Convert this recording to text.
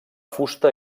fusta